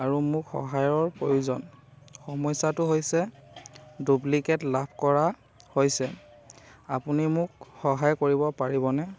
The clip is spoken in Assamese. আৰু মোক সহায়ৰ প্ৰয়োজন সমস্যাটো হৈছে ডুপ্লিকেট লাভ কৰা হৈছে আপুনি মোক সহায় কৰিব পাৰিবনে